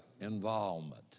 involvement